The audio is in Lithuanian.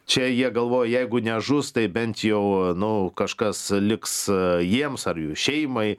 čia jie galvoja jeigu nežus tai bent jau nu kažkas liks jiems ar jų šeimai